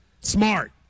Smart